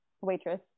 Waitress